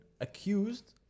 accused